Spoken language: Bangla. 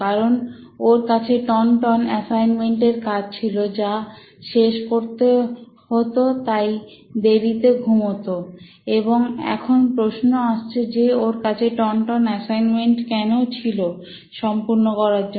কারণ ওর কাছে টন টন এসাইনমেন্ট এর কাজ ছিল যা শেষ করতে হতো তাই দেরিতে ঘুমাতো এবং এখন প্রশ্ন আসছে যে ওর কাছে টন টন এসাইনমেন্ট কেন ছিল সম্পূর্ণ করার জন্য